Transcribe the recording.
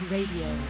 Radio